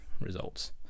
results